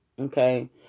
Okay